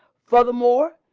furthermore,